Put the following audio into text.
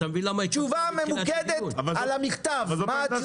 תשובה ממוקדת על המכתב מה התשובה?